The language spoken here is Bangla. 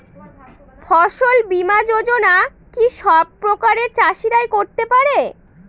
ফসল বীমা যোজনা কি সব প্রকারের চাষীরাই করতে পরে?